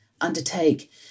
undertake